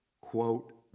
quote